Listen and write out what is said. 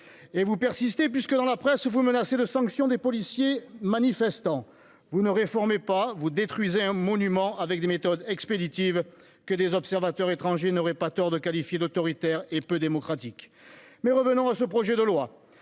et vous persistez puisque dans la presse vous menacer de sanctions des policiers manifestants vous ne réformez pas vous détruisez un monument avec des méthodes expéditives, que des observateurs étrangers n'aurait pas tort de qualifier d'autoritaire et peu démocratique mais revenons à ce projet de loi